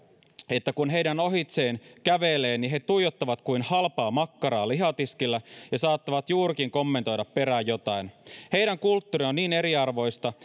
että kun heidän ohitseen kävelee niin he tuijottavat kuin halpaa makkaraa lihatiskillä ja saattavat juurikin kommentoida perään jotain heidän kulttuuri on niin eriarvoista